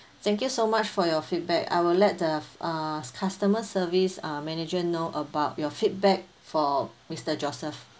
thank you so much for your feedback I will let the uh customer service uh manager know about your feedback for mister joseph